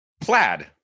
Plaid